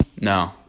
No